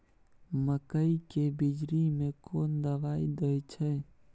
मकई के बिचरी में कोन दवाई दे छै?